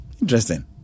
Interesting